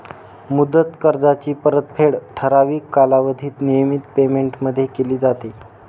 मुदत कर्जाची परतफेड ठराविक कालावधीत नियमित पेमेंटमध्ये केली जाते